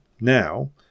now